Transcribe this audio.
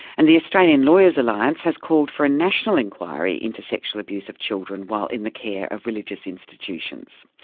and the australian lawyers alliance has called for a national inquiry into sexual abuse of children while in the care of religious institutions.